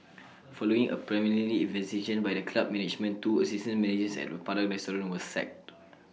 following A preliminary investigation by the club management two assistant managers at the Padang restaurant were sacked